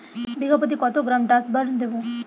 বিঘাপ্রতি কত গ্রাম ডাসবার্ন দেবো?